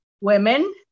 women